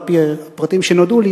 על-פי הפרטים שנודעו לי,